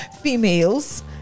females